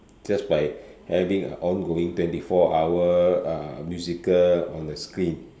just by having a ongoing twenty four hour uh musical on the screen